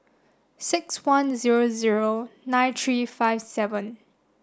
six one zero zero nine three five seven